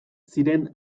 ziren